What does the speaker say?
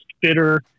bitter